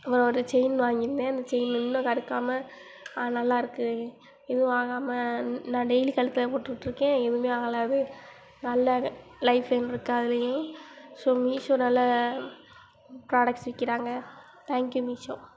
அப்புறம் ஒரு செயின் வாங்கியிருந்தேன் அந்த செயின் இன்னும் கருக்காமல் நல்லா இருக்குது எதுவும் ஆகாமல் நான் டெய்லி கழுத்தில் போட்டுகிட்ருக்கேன் எதுவுமே ஆகலை அது நல்லாவே லைஃப் லைன் இருக்குது அதுலேயும் ஸோ மீஷோ நல்ல புராடக்ட்ஸ் விற்கிறாங்க தேங்க்யூ மீஷோ